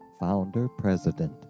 founder-president